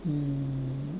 mm